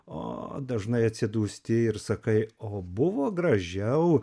o dažnai atsidūsti ir sakai o buvo gražiau